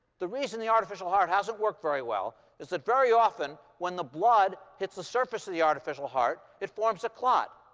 the reason the artificial heart hasn't worked very well is that very often when the blood hits the surface of the artificial heart, it forms a clot.